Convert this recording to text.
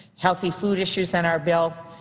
healthy food issues in our bill.